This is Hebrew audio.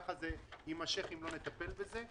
וכך זה יימשך אם לא נטפל בזה.